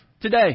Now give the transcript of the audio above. today